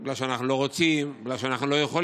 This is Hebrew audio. לא שאנחנו לא רוצים, לא שאנחנו לא יכולים,